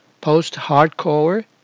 post-hardcore